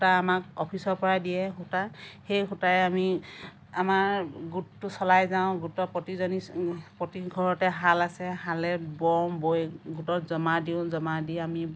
সূতা আমাক অফিচৰ পৰাই দিয়ে সূতা সেই সূতাৰে আমি আমাৰ গোটটো চলাই যাওঁ গোটৰ প্ৰতিজনী প্ৰতি ঘৰতে শাল আছে শালেৰে বওঁ বৈ গোটত জমা দিওঁ জমা দি আমি